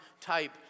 type